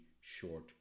short